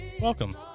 welcome